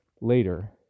later